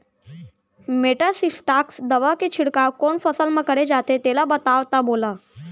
Metasystox दवा के छिड़काव कोन फसल म करे जाथे तेला बताओ त मोला?